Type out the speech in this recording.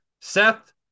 Seth